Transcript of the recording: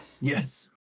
yes